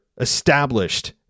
established